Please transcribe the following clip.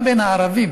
גם בין הערבים.